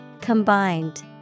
Combined